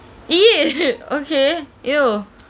!ee! okay !eww!